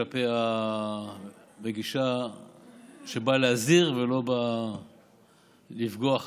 בגישה שבאה להזהיר ולא באה לפגוע,